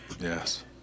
Yes